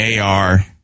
AR